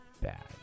bad